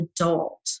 adult